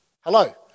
Hello